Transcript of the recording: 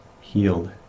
healed